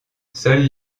seuls